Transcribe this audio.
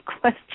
question